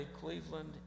Cleveland